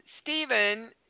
Stephen